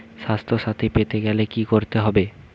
স্বাস্থসাথী পেতে গেলে কি করতে হবে?